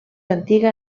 antiga